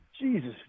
Jesus